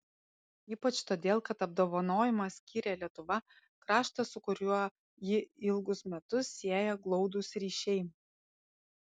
ypač todėl kad apdovanojimą skyrė lietuva kraštas su kuriuo jį ilgus metus sieja glaudūs ryšiai